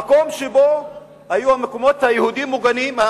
המקום שבו היו מקומות היהודים מוגנים,